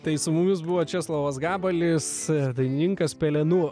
tai su mumis buvo česlovas gabalis dainininkas pelenų